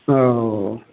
हओ